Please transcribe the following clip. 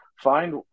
find